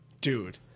dude